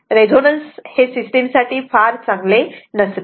resonance हे system साठी फार चांगले नसते